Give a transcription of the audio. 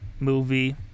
movie